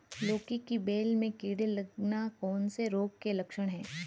लौकी की बेल में कीड़े लगना कौन से रोग के लक्षण हैं?